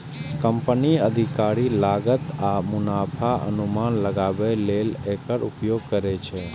कंपनीक अधिकारी लागत आ मुनाफाक अनुमान लगाबै लेल एकर उपयोग करै छै